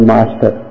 Master